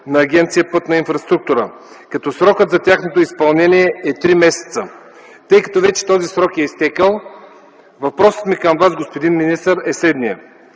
на Агенция „Пътна инфраструктура”, като срокът за тяхното изпълнение е три месеца. Тъй като срокът вече е изтекъл, въпросът ми към Вас, господин министър, е следният: